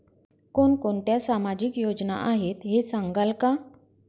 कोणकोणत्या सामाजिक योजना आहेत हे सांगाल का?